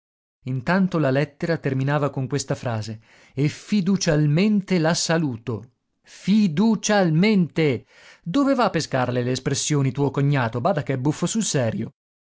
intanto la lettera terminava con questa frase e fiducialmente la saluto fiducialmente dove va a pescarle le espressioni tuo cognato bada che è buffo sul serio